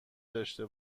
داشته